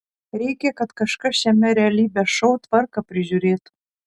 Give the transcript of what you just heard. reikia kad kažkas šiame realybės šou tvarką prižiūrėtų